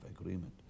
agreement